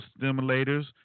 stimulators